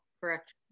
correct